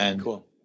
Cool